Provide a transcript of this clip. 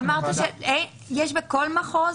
אמרת שיש בכל מחוז?